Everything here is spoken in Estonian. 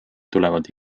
tulevad